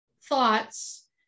thoughts